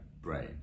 brain